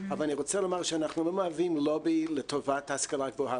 אבל אני רוצה לומר שאנחנו לא מהווים לובי לטובת ההשכלה הגבוהה,